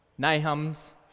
Nahum's